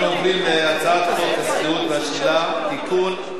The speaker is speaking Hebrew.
אנחנו עוברים להצעת חוק השכירות והשאילה (תיקון,